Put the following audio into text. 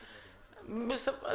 בסדר,